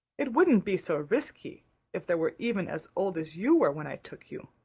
it wouldn't be so risky if they were even as old as you were when i took you.